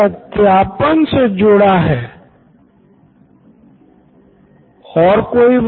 Siddharth Maturi CEO Knoin electronics मुझे लगता है हमे इसको लिखना चाहिए सर